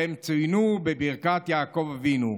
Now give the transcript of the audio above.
שהם צוינו בברכת יעקב אבינו.